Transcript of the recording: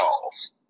calls